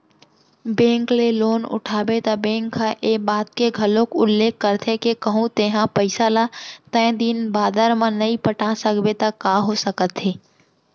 bank ले loan उठाबे त बेंक ह ए बात के घलोक उल्लेख करथे के कहूँ तेंहा पइसा ल तय दिन बादर म नइ पटा सकबे त का हो सकत हे